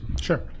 Sure